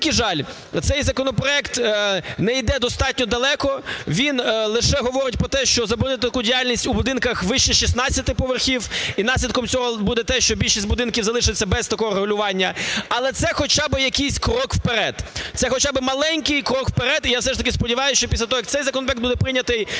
превеликий жаль, цей законопроект не йде достатньо далеко. Він лише говорить про те, що заборонити таку діяльність у будинках вище 16 поверхів. І наслідком цього буде те, що більшість будинків залишаться без такого регулювання. Але це хоча би якийсь крок вперед, це хоча би маленький крок вперед. І я все ж таки сподіваюсь, що після того, як цей законопроект буде прийнятий,